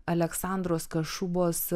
aleksandros kašubos